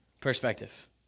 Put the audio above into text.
perspective